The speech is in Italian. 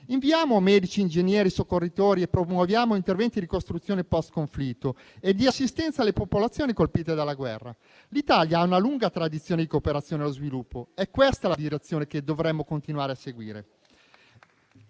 inviamo medici, ingegneri e soccorritori e promuoviamo interventi di ricostruzione post-conflitto e di assistenza alle popolazioni colpite dalla guerra. L'Italia ha una lunga tradizione di cooperazione allo sviluppo: è questa la direzione che dovremmo continuare a seguire.